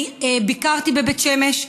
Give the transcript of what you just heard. אני ביקרתי בבית שמש,